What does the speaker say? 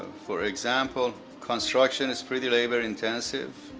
for example, construction is pretty labor-intensive.